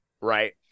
right